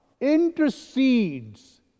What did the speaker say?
intercedes